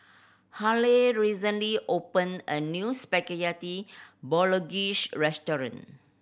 Haley recently opened a new Spaghetti Bolognese restaurant